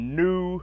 new